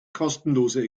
kostenlose